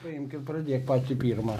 paimk ir pradėk patį pirmą